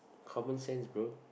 common sense bro